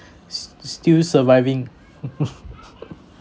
s~ still surviving